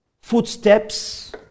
footsteps